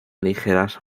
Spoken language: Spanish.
ligeras